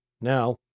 Now